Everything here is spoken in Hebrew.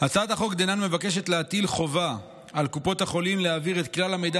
הצעת החוק דנן מבקשת להטיל חובה על קופות החולים להעביר את כלל המידע